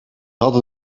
hadden